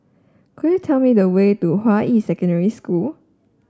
could you tell me the way to Hua Yi Secondary School